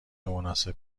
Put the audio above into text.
مناسب